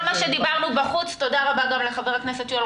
כל מה שדיברנו בחוץ ותודה רבה גם לחבר הכנסת יואל